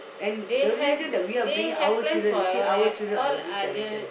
and the religion that we are bringing our children you see our children are in which direction